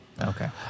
Okay